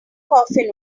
coffin